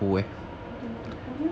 有点苦我觉得